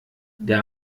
der